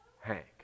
Hank